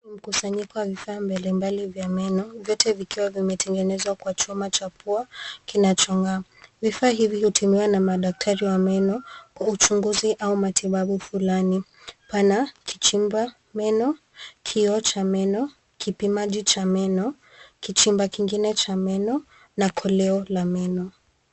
Ni mkusanyiko wa vifaa mbalimbali vya meno vyote vikiwa vimetengenezwa kwa chuma cha pua kinacho ng'aa, vifaa hivi hutumiwa na madaktari wa meno kwa uchunguzi au matibabu fulani, pana kichimba meno kioo cha meno, kpimaji cha meno, kichimba kingine cha meno na koleo la meno.